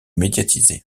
médiatisé